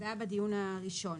זה היה בדיון הראשון.